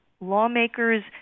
lawmakers